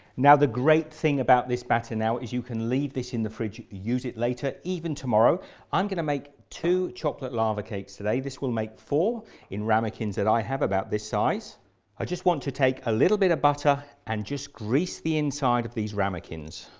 now the great thing about this batter now is you can leave this in the fridge use it later even tomorrow i'm going to make two chocolate lava cakes today this will make four in ramekins that i have about this size i just want to take a little bit of butter and just grease the inside of these ramekins.